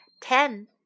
ten